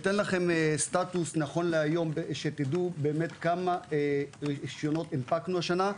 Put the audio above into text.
אתן לכם סטטוס נכון להיום שתדעו כמה רישיונות הנפקנו השנה.